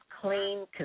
clean